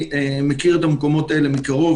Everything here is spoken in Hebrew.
אני מכיר את המקומות האלה מקרוב,